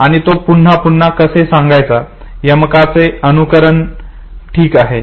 आणि तो हे पुन्हा पुन्हा कसे सांगायचा यमकाचे अनुकरण ठीक आहे